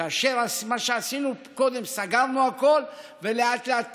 כאשר מה שעשינו קודם שסגרנו הכול ולאט-לאט פתחנו,